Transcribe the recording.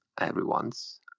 everyone's